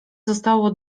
zostało